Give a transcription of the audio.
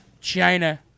china